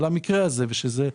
על המקרה הזה,